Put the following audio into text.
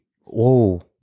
Whoa